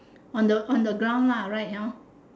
on the on the ground lah right hor